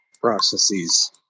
processes